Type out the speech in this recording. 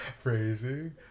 Phrasing